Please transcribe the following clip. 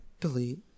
Delete